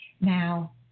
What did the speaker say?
now